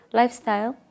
lifestyle